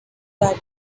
that